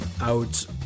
out